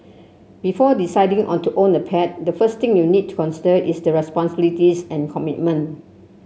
before deciding on to own a pet the first thing you need to consider is the responsibilities and commitment